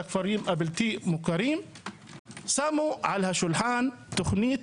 הכפרים הבלתי מוכרים שמו על השולחן תוכנית